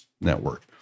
network